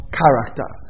character